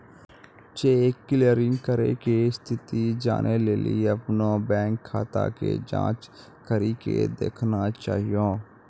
cheque clearing के स्थिति जानै लेली अपनो बैंक खाता के जांच करि के देखना चाहियो